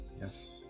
Yes